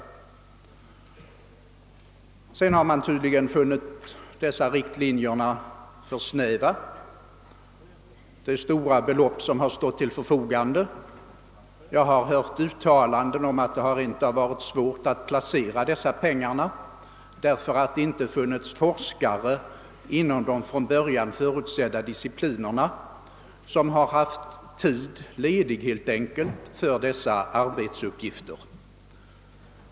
Sedan har man tydligen funnit dessa riktlinjer för snäva. Jag har hört sägas att det rent av varit svårt att placera de stora belopp som stått till förfogande, eftersom det inte funnits forskare inom de från början förutsedda disciplinerna som haft ledig tid för ytterligare arbetsuppgifter.